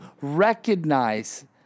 recognize